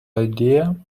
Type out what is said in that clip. idea